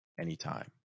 anytime